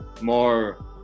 more